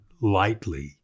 lightly